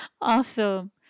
Awesome